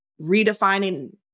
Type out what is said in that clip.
redefining